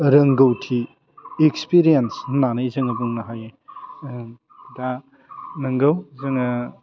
रोंगौथि इक्सपिरिएन्स होन्नानै जोङो बुंनो हायो दा नोंगौ जोङो